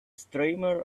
streamer